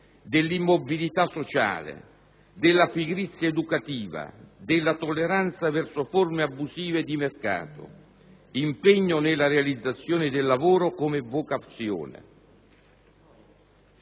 nell'immobilità sociale, nella pigrizia educativa, nella tolleranza verso forme abusive di mercato; ci vuole impegno nella realizzazione del lavoro come vocazione.